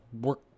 work